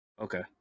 okay